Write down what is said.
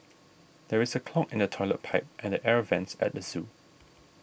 there is a clog in the Toilet Pipe and Air Vents at the zoo